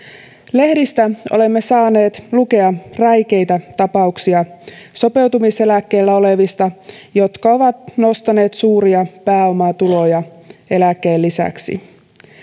lehdistä olemme saaneet lukea räikeitä tapauksia sopeutumiseläkkeellä olevista jotka ovat nostaneet suuria pääomatuloja eläkkeen lisäksi